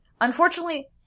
unfortunately